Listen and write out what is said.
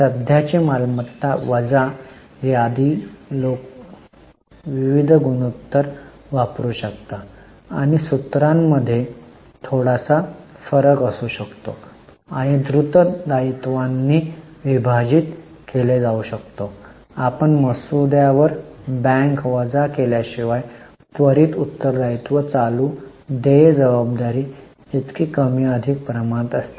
सध्याची मालमत्ता वजा यादी लोक विविध गुणोत्तर वापरू शकतात आणि सूत्रामध्ये थोडासा फरक असू शकतो आणि द्रुत दायित्वांनी विभाजित केला जाऊ शकतो आपण मसुद्यावर बँक वजा केल्याशिवाय त्वरित उत्तर दायित्व चालू देय जबाबदारी इतकी कमी अधिक प्रमाणात असते